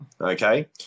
okay